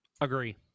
Agree